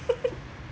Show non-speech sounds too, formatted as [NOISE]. [LAUGHS]